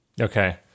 Okay